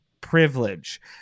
privilege